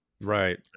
Right